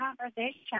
conversation